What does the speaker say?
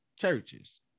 churches